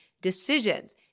decisions